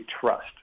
trust